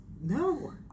No